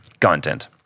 content